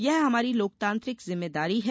यह हमारी लोकतांत्रिक जिम्मेदारी है